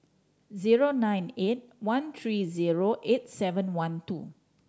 zero nine eight one three zero eight seven one two